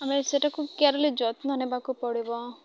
ଆମେ ସେଇଟାକୁ କେୟାରଲି ଯତ୍ନ ନେବାକୁ ପଡ଼ିବ